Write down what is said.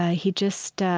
ah he just,